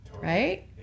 right